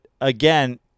again